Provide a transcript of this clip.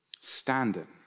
Standing